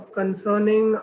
concerning